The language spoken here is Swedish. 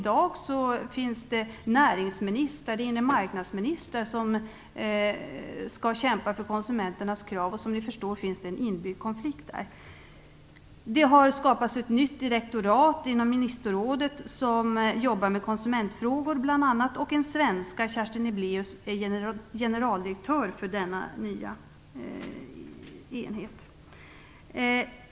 Det finns i dag närings eller marknadsministrar som skall kämpa för konsumenternas krav, och däri ligger förstås en inbyggd konflikt. Det har skapats ett nytt direktorat inom ministerrådet, som jobbar bl.a. med konsumentfrågor. En svenska, Kerstin Niblaeus, är generaldirektör för denna nya enhet.